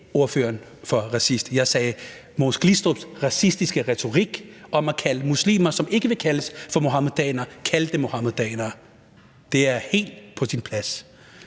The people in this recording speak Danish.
Jeg sagde Mogens Glistrups racistiske retorik med at kalde muslimer, som ikke vil kaldes for muhamedanere, for muhamedanere, og det er helt på sin plads.